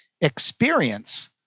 experience